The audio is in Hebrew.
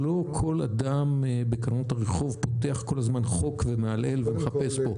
לא כל אדם בקרן הרחוב פותח כל הזמן חוק ומעלעל ומחפש בו.